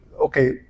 Okay